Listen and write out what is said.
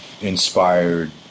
inspired